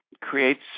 creates